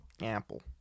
Apple